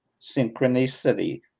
synchronicity